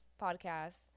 podcasts